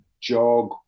jog